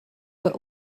but